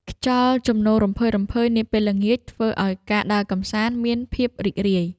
ខ្យល់ជំនោររំភើយៗនាពេលល្ងាច ធ្វើឱ្យការដើរកម្សាន្តមានភាពរីករាយ។